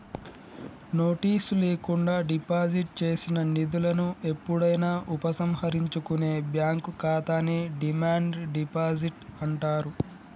notice లేకుండా deposit చేసిన నిధులను ఎప్పుడైనా ఉపసంహరించుకునే బ్యాంక్ ఖాతాని డిమాండ్ డిపాజిట్ అంటారు